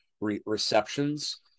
receptions